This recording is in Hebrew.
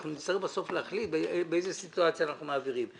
אנחנו נצטרך בסוף להחליט באיזו סיטואציה אנחנו מעבירים,